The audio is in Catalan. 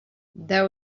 deu